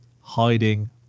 hiding